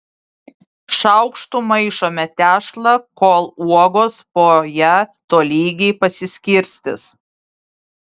šaukštu maišome tešlą kol uogos po ją tolygiai pasiskirstys